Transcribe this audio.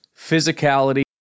physicality